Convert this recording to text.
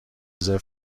رزرو